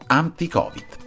anti-Covid